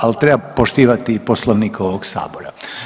Ali treba poštivati i Poslovnik ovog Sabora.